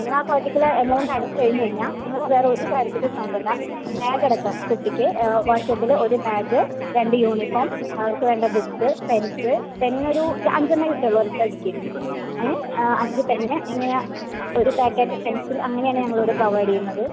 നിങ്ങൾ ആ particular amount അടച്ച് കഴിഞ്ഞ് കഴിഞ്ഞാൽ നിങ്ങൾ വേറെ ഒര് കാര്യത്തിലും നോക്കണ്ട ബാഗ് അടക്കം കുട്ടിക്ക് വർഷത്തില് ഒര് ബാഗ് രണ്ട് യൂണിഫോം അവർക്ക് വേണ്ട ബുക്ക്സ് പെൻസ് പെൻ ഒരു അഞ്ച് എണ്ണെ കിട്ടുള്ളൂ ഒര് ഒറ്റ അടിക്ക് ഏ അഞ്ച് പെന്ന് എങ്ങനെയാ ഒര് പാക്കറ്റ് പെൻസിൽ അങ്ങനെ ആണ് ഞങ്ങൾ ഇവിടെ പ്രൊവൈഡ് ചെയ്യുന്നത്